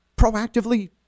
proactively